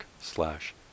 slash